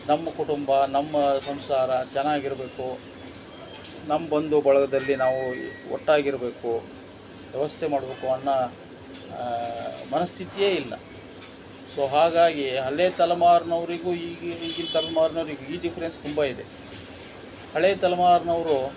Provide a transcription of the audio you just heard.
ನಮ್ಮ ಕುಟುಂಬ ನಮ್ಮ ಸಂಸಾರ ಚೆನ್ನಾಗಿರ್ಬೇಕು ನಮ್ಮ ಬಂಧು ಬಳಗದಲ್ಲಿ ನಾವು ಒಟ್ಟಾಗಿರಬೇಕು ವ್ಯವಸ್ಥೆ ಮಾಡಬೇಕು ಅನ್ನೋ ಮನಸ್ಥಿತಿಯೇ ಇಲ್ಲ ಸೊ ಹಾಗಾಗಿ ಹಳೇ ತಲೆಮಾರಿನವ್ರಿಗೂ ಈಗ ಈಗಿನ ತಲೆಮಾರ್ನವ್ರಿಗೂ ಈ ಡೆಫ್ರೆನ್ಸ್ ತುಂಬ ಇದೆ ಹಳೆಯ ತಲೆಮಾರಿನವ್ರು